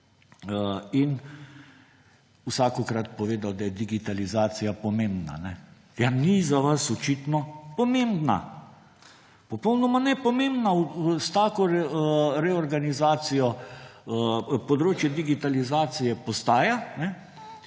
in vsakokrat povedal, da je digitalizacija pomembna. Ja ni za vas očitno pomembna. Popolnoma nepomembna s tako reorganizacijo področje digitalizacije postaja.